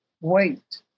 wait